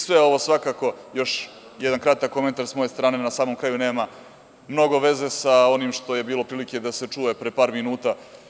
Sve ovo svakako, još jedan kratak komentar sa moje strane na samom kraju, nema mnogo veze sa onim što je bilo prilike da se čuje pre par minuta.